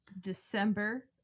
December